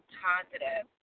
positive